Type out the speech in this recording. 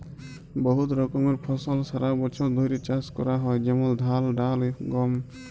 বহুত রকমের ফসল সারা বছর ধ্যরে চাষ ক্যরা হয় যেমল ধাল, ডাল, গম